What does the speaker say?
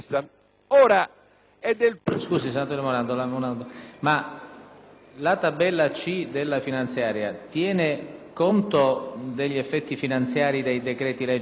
la tabella C della legge finanziaria tiene conto degli effetti finanziari dei decreti-legge in corso, ad